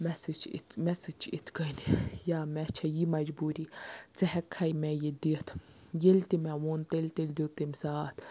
مےٚ ہَسا چھِ اِتھ مےٚ ہَسا چھِ اِتھ کٔنۍ یا مےٚ چھےٚ یہِ مجبوٗری ژٕ ہیٚکھے مےٚ یہِ دِتھ ییٚلہِ تہِ مےٚ ووٚن تیٚلہِ تیٚلہِ دِیُتھ تٔمۍ سات